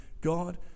God